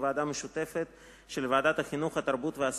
ועדה משותפת של ועדת הכלכלה וועדת החינוך,